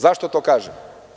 Zašto to kažem?